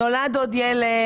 נולד עוד ילד,